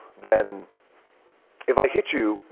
then if i hit you,